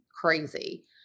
crazy